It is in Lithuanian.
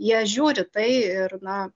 jie žiūri tai ir na